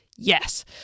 Yes